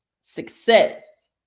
success